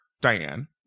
Diane